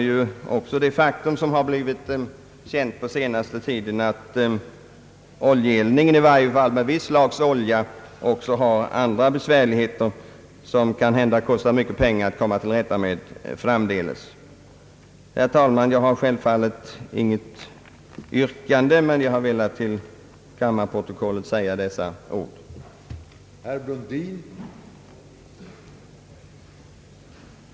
Härvid bör beaktas också det faktum som har blivit känt på senaste tiden, nämligen att eldningen med olja — åtminstone med visst slags olja — medför vissa besvärligheter som det kanhända kräver mycket pengar att komma till rätta med framdeles. Herr talman! Jag har självfallet inget yrkande, men jag har velat till kammarens protokoll foga dessa synpunkter.